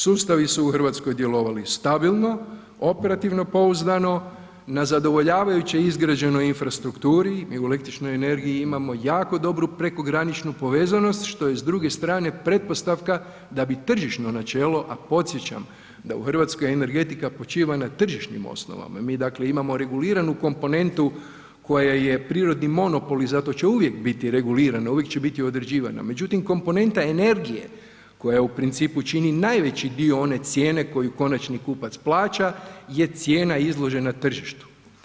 Sustavi su u Hrvatskoj djelovali stabilno, operativno pouzdano, na zadovoljavajuće izgrađenoj infrastrukturi i u električnoj energiji imamo jako dobru prekograničnu povezanost što je s druge strane pretpostavka da bi tržišno načelo, a podsjećam da u Hrvatskoj energetika počiva na tržišnim osnovama, mi dakle imamo reguliranu komponentu koja je prirodni monopol i zato će uvijek biti regulirana, uvijek će biti određivana, međutim komponenta energije koja u principu čini najveći dio one cijene koju konačni kupac plaća, je cijena izložena tržištu.